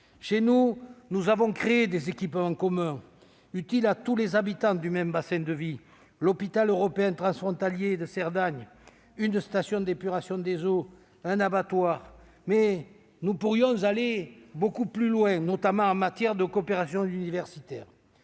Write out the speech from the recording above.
Chez nous, nous avons créé des équipements communs utiles à tous les habitants du même bassin de vie : l'hôpital européen transfrontalier de Cerdagne, une station d'épuration des eaux, un abattoir. Nous pourrions aller beaucoup plus loin, notamment en matière de coopération universitaire.